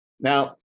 now